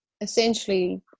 essentially